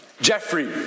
Jeffrey